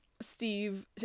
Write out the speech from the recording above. Steve